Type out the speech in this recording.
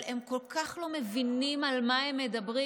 הם כל כך לא מבינים על מה הם מדברים,